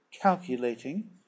calculating